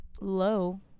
low